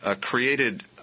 created